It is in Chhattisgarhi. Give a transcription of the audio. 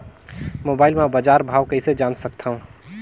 मोबाइल म बजार भाव कइसे जान सकथव?